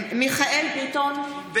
מיכאל ביטון,